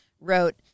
wrote